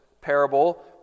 parable